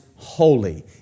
holy